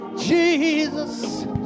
Jesus